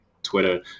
Twitter